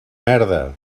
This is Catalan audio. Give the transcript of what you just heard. merda